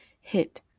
hit